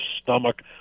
stomach